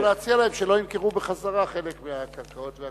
אתה יכול להציע להם שלא ימכרו בחזרה חלק מהקרקעות שלהם,